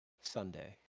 Sunday